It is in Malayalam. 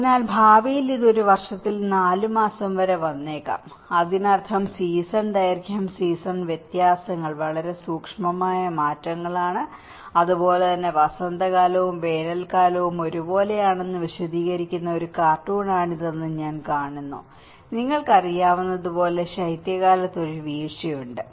അതിനാൽ ഭാവിയിൽ ഇത് ഒരു വർഷത്തിൽ 4 മാസം വരെ വന്നേക്കാം അതിനർത്ഥം സീസൺ ദൈർഘ്യം സീസൺ വ്യത്യാസങ്ങൾ വളരെ സൂക്ഷ്മമായ മാറ്റങ്ങളാണ് അതുപോലെ തന്നെ വസന്തകാലവും വേനൽക്കാലവും ഒരുപോലെയാണെന്ന് വിശദീകരിക്കുന്ന ഒരു കാർട്ടൂണാണിതെന്ന് ഞങ്ങൾ കാണുന്നു നിങ്ങൾക്ക് അറിയാവുന്നതുപോലെ ശൈത്യകാലത്ത് ഒരു വീഴ്ചയുണ്ട്